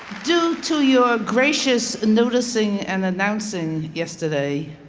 due to your gracious notice ing and announcing yesterday,